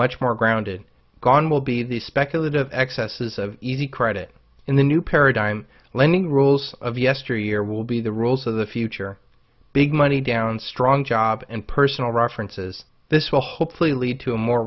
much more grounded gone will be the speculative excesses of easy credit in the new paradigm lending rules of yesteryear will be the rules of the future big money down strong jobs and personal references this will hopefully lead to a more